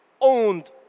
owned